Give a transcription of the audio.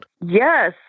Yes